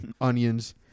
onions